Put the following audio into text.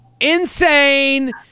Insane